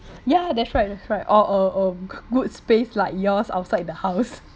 yeah that's right that's right or a um good space like yours outside the house